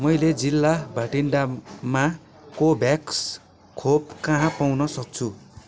मैले जिल्ला भटिण्डामा कोभ्याक्स खोप काहाँ पाउन सक्छु